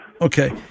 Okay